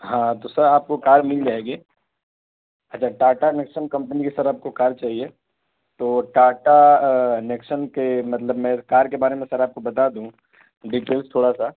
ہاں تو سر آپ کو کار مل جائے گی اچھا ٹاٹا نیکسن کمپنی کی سر آپ کو کار چاہیے تو ٹاٹا نیکسن کے مطلب میں کار کے بارے میں سر آپ کو بتا دوں ڈیٹیل تھوڑا سا